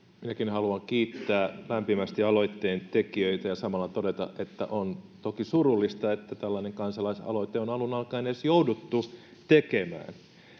minäkin haluan kiittää lämpimästi aloitteen tekijöitä ja samalla todeta että on toki surullista että tällainen kansalaisaloite on on alun alkaen edes jouduttu tekemään